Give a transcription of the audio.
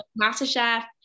MasterChef